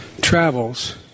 travels